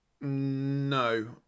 No